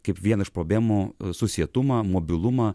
kaip vieną iš problemų susietumą mobilumą